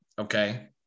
okay